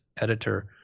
Editor